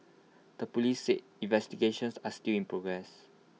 the Police said investigations are still in progress